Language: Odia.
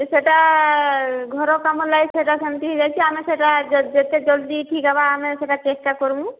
ତ ସେଟା ଘର କାମ ଲାଗି ସେଟା ସେମିତି ହୋଇଯାଇଛି ଆମେ ସେଟା ଯେତେ ଜଲ୍ଦି ଠିକ ହେବା ଆମେ ସେହିଟା ଚେଷ୍ଟା କରିମୁ